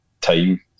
time